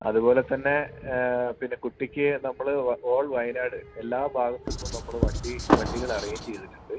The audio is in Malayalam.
അതുപോലെ തന്നെ പിന്നെ കുട്ടിക്ക് നമ്മൾ ഓൾ വയനാട് എല്ലാ ഭാഗത്ത് നിന്നും നമ്മൾ വണ്ടി വണ്ടികൾ അറേഞ്ച് ചെയ്തിട്ടുണ്ട്